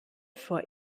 vor